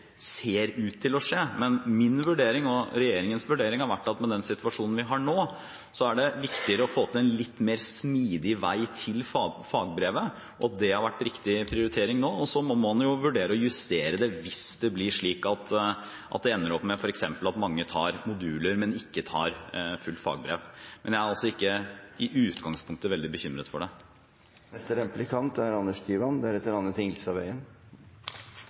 ser ut til å skje. Men min og regjeringens vurdering har vært at med den situasjonen vi har nå, er det viktigere å få til en litt mer smidig vei til fagbrevet. Det har vært riktig prioritering nå, og så må man vurdere å justere det hvis det f.eks. ender med at mange tar moduler, men ikke tar fullt fagbrev. Men jeg er ikke i utgangspunktet veldig bekymret for det. Statsrådens intensjon med modulisering er